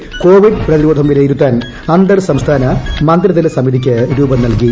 സംസ്ഥാനങ്ങളിലെ കൊവിഡ് പ്രതിരോധം വിലയിരുത്താൻ അന്തർസംസ്ഥാന മന്ത്രിതല സമിതിക്ക് രൂപം നൽകി